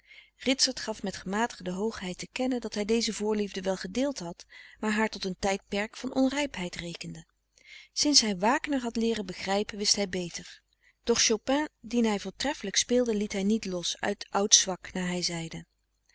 ritsert gaf met gematigde hoogheid te kennen dat hïj deze voorliefde wel gedeeld had maar haar tot een tijdperk van onrijpheid rekende sinds hij wagner had leeren begrijpen wist hij beter doch chopin dien hij voortreffelijk speelde liet hij niet los uit oud zwak naar hij zeide